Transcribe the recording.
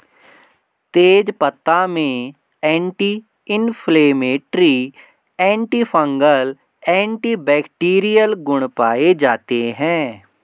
तेजपत्ता में anti inflammatory, antifungal, antibacterial गुण पाये जाते है